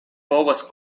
povas